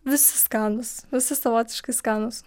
visi skanūs visi savotiškai skanūs